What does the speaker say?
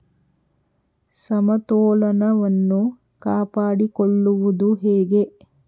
ಸಮತೋಲನವನ್ನು ಕಾಪಾಡಿಕೊಳ್ಳುವುದು ಹೇಗೆ?